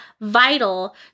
vital